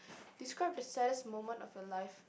describe the saddest moment of your life